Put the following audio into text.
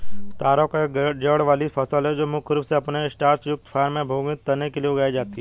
तारो एक जड़ वाली फसल है जो मुख्य रूप से अपने स्टार्च युक्त कॉर्म या भूमिगत तने के लिए उगाई जाती है